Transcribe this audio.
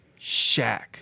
Shaq